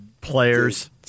players